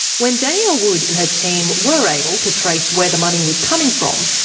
when danielle wood and her team were able to trace where the money was coming from,